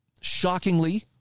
shockingly